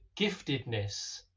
giftedness